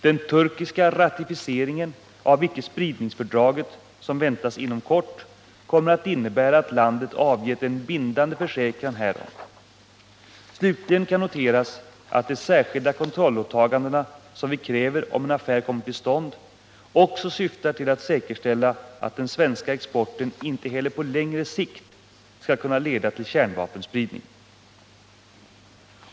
Den turkiska ratificeringen av icke-spridningsfördraget som väntas inom kort kommer att innebära att landet avgett en bindande försäkran härom. Slutligen kan noteras att de särskilda kontrollåtaganden som vi kräver om en affär kommer till stånd också syftar till att säkerställa att den svenska exporten inte heller på längre sikt skulle kunna leda till kärnvapenspridning.